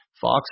Fox